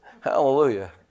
Hallelujah